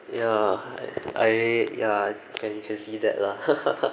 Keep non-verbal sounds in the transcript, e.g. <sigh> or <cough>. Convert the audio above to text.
yeah I yeah can can see that lah <laughs>